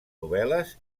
novel·les